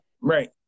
Right